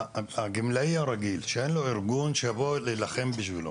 הגמלאי הרגיל שאין לו ארגון שיבוא וילחם בשבילו,